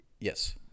yes